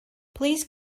please